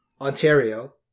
Ontario